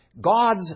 God's